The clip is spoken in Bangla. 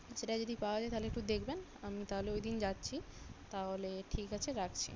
সেটা যদি পাওয়া যায় তাহলে একটু দেখবেন আমি তাহলে ওইদিন যাচ্ছি তাহলে ঠিক আছে রাখছি